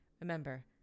Remember